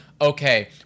okay